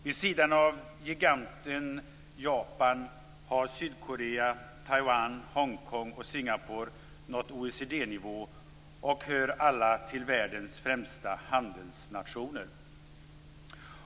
Vid sidan av giganten Japan har OECD-nivå och hör alla till världens främsta handelsnationer.